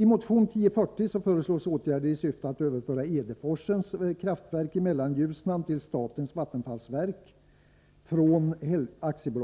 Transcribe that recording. I motion 1983/84:1040 föreslogs åtgärder i syfte att föra Edeforsens kraftverk i Mellanljusnan till statens vattenfallsverk från